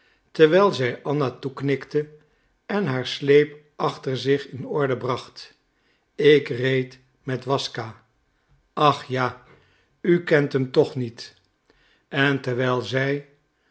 terwijl zij anna toeknikte en haar sleep achter zich in orde bracht ik reed met waszka ach ja u kent hem toch niet en terwijl zij